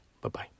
Bye-bye